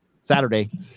Saturday